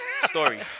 story